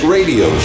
Radio